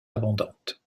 abondante